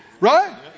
Right